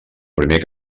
primer